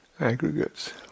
aggregates